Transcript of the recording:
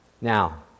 Now